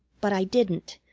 but i didn't.